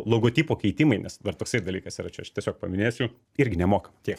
logotipo keitimai nes dar toksai dalykas yra čia aš tiesiog paminėsiu irgi nemokamai tiek